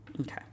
Okay